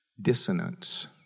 dissonance